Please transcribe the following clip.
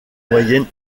moyenne